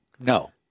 No